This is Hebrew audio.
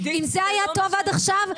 אם זה היה טוב עד עכשיו,